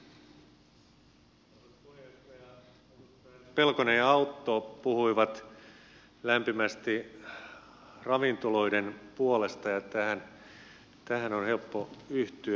edustajat pelkonen ja autto puhuivat lämpimästi ravintoloiden puolesta ja tähän on helppo yhtyä